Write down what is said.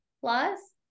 Plus